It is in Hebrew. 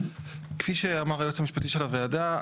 כפי שאמר היועץ המשפטי של הוועדה,